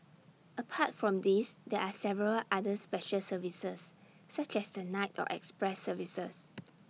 apart from these there are several other special services such as the night or express services